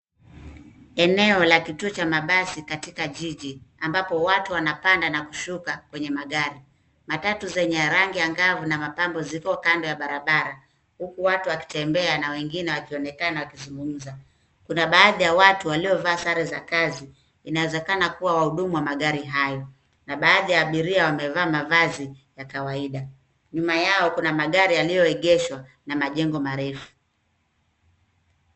Eneo la kituo cha mabasi katika jiji ambapo watu wanapanda na kushuka kwenye magari. Matatu zenye rangi angavu na mapambo ziko kando ya barabara huku watu wakitembea na wengine wakionekana wakizungumza. Kuna baadhi ya watu waliovaa sare za kazi, inawezekana kuwa wahudumu wa magari hayo. Na baadhi ya abiria wamevaa sare za kawaida. Nyuma yao kuna magari yaliyoegeshwa na majengo marefu.